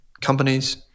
companies